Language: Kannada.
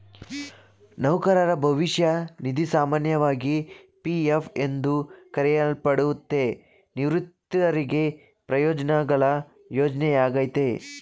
ನೌಕರರ ಭವಿಷ್ಯ ನಿಧಿ ಸಾಮಾನ್ಯವಾಗಿ ಪಿ.ಎಫ್ ಎಂದು ಕರೆಯಲ್ಪಡುತ್ತೆ, ನಿವೃತ್ತರಿಗೆ ಪ್ರಯೋಜ್ನಗಳ ಯೋಜ್ನೆಯಾಗೈತೆ